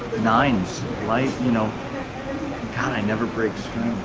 nines life, you know god, i never break